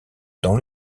dans